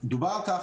דובר על כך,